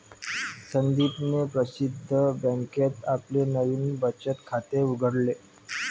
संदीपने प्रसिद्ध बँकेत आपले नवीन बचत खाते उघडले